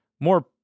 more –